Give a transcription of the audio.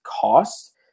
cost